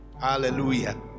hallelujah